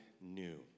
new